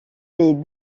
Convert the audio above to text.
les